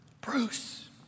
Bruce